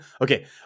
Okay